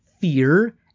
fear